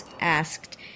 asked